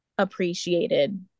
appreciated